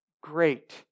great